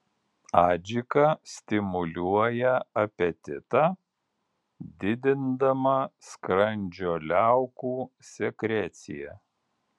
adžika stimuliuoja apetitą didindama skrandžio liaukų sekreciją